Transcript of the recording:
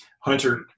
Hunter